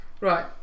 Right